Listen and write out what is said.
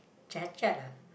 cacat ah